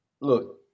Look